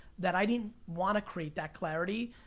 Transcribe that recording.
that i didn't want to create that clarity,